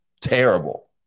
terrible